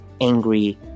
angry